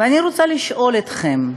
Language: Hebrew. ואני רוצה לשאול אתכם: